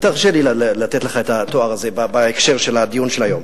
תרשה לי לתת לך את התואר הזה בהקשר של הדיון היום,